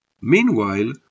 Meanwhile